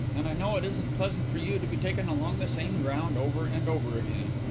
and i know it isn't pleasant for you to be taken along the same ground over and over again.